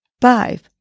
five